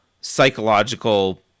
psychological